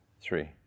three